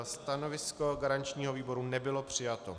Stanovisko garančního výboru nebylo přijato.